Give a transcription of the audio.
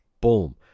boom